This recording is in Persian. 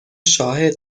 شاهد